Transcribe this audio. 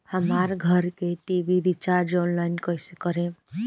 हमार घर के टी.वी रीचार्ज ऑनलाइन कैसे करेम?